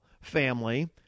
family